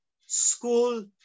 school